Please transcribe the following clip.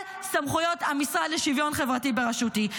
סמכויות המשרד לשוויון חברתי בראשותי?